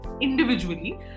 individually